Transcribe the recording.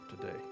today